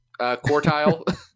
quartile